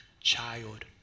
child